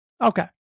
Okay